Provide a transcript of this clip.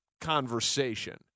conversation